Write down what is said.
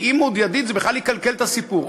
כי אם הוא עוד ידיד זה בכלל יקלקל את הסיפור.